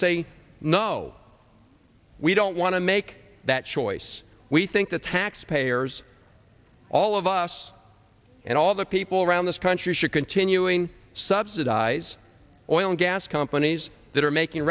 say no we don't want to make that choice we think the taxpayers all of us and all the people around this country should continuing subsidize oil and gas companies that are making